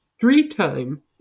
three-time